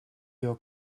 your